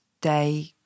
day